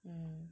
mm